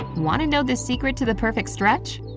want to know the secret to the perfect stretch?